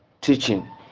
teaching